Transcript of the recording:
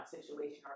situation